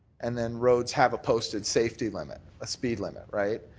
and then roads have a posted safety limit. a speed limit, right?